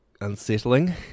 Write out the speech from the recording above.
unsettling